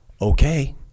okay